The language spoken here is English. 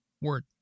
Word